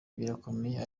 birakomeye